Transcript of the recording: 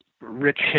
rich